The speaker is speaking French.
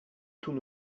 tout